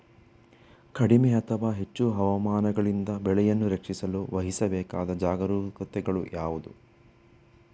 ಕಡಿಮೆ ಅಥವಾ ಹೆಚ್ಚು ಹವಾಮಾನಗಳಿಂದ ಬೆಳೆಗಳನ್ನು ರಕ್ಷಿಸಲು ವಹಿಸಬೇಕಾದ ಜಾಗರೂಕತೆಗಳು ಯಾವುವು?